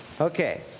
Okay